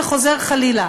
וחוזר חלילה.